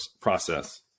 process